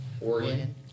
Oregon